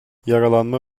yaralanma